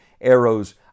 Arrows